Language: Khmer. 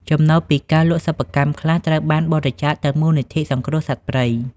ចំណូលពីការលក់សិប្បកម្មខ្លះ ត្រូវបានបរិច្ចាគទៅមូលនិធិសង្គ្រោះសត្វព្រៃ។